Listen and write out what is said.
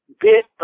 bit